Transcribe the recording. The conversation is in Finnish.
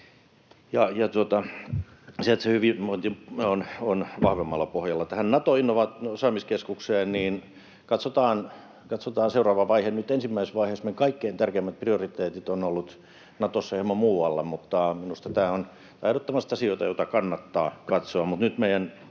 se hyvinvointi on vahvemmalla pohjalla. Tähän Nato-osaamiskeskukseen: Katsotaan seuraava vaihe. Nyt ensimmäisessä vaiheessa meidän kaikkein tärkeimmät prioriteetit ovat olleet Natossa hieman muualla, mutta minusta nämä ovat ehdottomasti asioita, joita kannattaa katsoa,